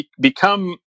become